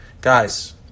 Guys